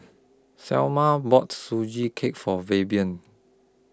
Salma bought Sugee Cake For Fabian